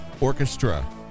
Orchestra